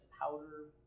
powder